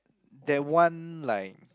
that one like